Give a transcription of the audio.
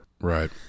Right